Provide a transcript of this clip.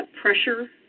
pressure